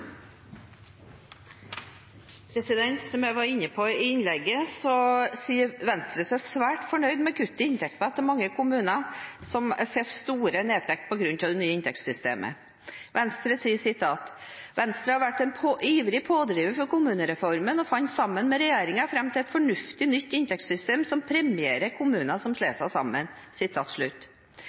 Som jeg var inne på i innlegget, sier Venstre seg svært fornøyd med kutt i inntektene til mange kommuner som får store nedtrekk på grunn av det nye inntektssystemet. Venstre skriver at «Venstre har vært en ivrig pådriver for kommunereformen og fant sammen med regjeringen fram til et fornuftig nytt inntektssystem som premierer kommuner som slår seg sammen».